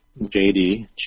JD